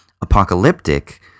apocalyptic